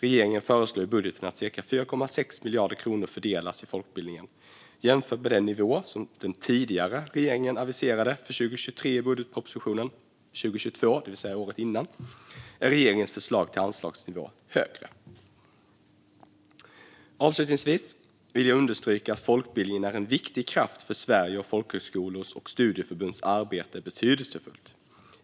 Regeringen föreslår i budgeten att cirka 4,6 miljarder kronor fördelas till folkbildningen. Jämfört med den nivå som den tidigare regeringen aviserade för 2023 i budgetpropositionen 2022 är regeringens förslag till anslagsnivå högre. Avslutningsvis vill jag understryka att folkbildningen är en viktig kraft för Sverige och att folkhögskolors och studieförbunds arbete är betydelsefullt.